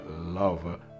love